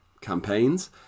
campaigns